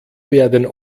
werden